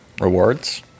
rewards